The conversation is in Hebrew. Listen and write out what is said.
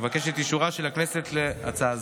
אבקש את אישורה של הכנסת להצעה זו.